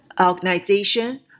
organization